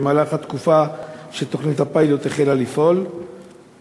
בתקופה שתוכנית הפיילוט פועלת בה?